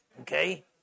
Okay